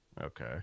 Okay